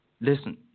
listen